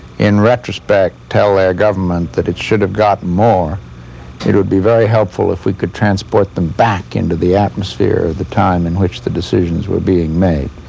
in retrospect, tell their government that it should've gotten more it would be very helpful if we could transport them back into the atmosphere of the time in which the decisions were being made,